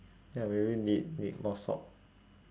ya maybe need need more salt